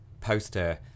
poster